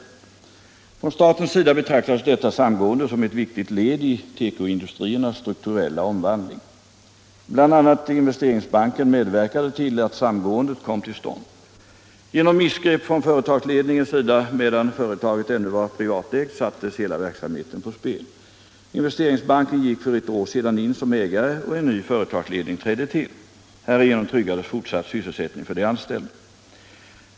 Från statens sida betraktades detta samgående som ett viktigt led i tekoindustriernas strukturella omvandling. Bl. a. Investeringsbanken medverkade till att samgående kom till stånd. Genom missgrepp från företagsledningens sida medan företaget ännu var privatägt sattes hela verksamheten på spel. Investeringsbanken gick för ett år sedan in som ägare och en ny företagsledning trädde till. Härigenom tryggades fortsatt sysselsättning för de anställda.